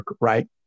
right